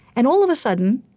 and all of a sudden,